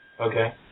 Okay